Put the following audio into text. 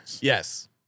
Yes